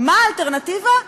מה האלטרנטיבה?